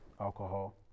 alcohol